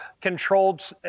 controlled